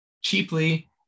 cheaply